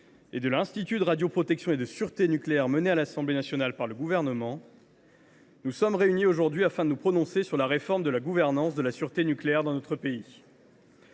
et de l’Institut de radioprotection et de sûreté nucléaire menée à l’Assemblée nationale par le Gouvernement, nous sommes réunis aujourd’hui afin de nous prononcer sur la réforme de la gouvernance de la sûreté nucléaire dans notre pays.